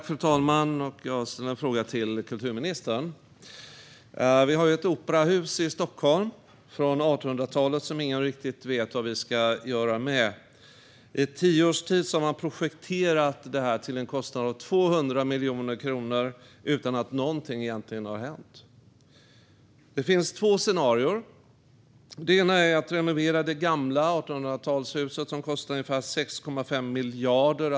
Fru talman! Jag har en fråga till kulturministern. Operahuset i Stockholm är från 1800-talet, och ingen vet riktigt vad vi ska göra med det. I tio års tid har det projekterats till en kostnad av 200 miljoner kronor men utan att något egentligen hänt. Det finns två scenarier. Det ena är att renovera det gamla 1800-talshuset, vilket kostar ungefär 6,5 miljarder.